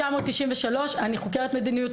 אני חוקרת מדיניות,